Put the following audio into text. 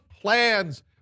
plans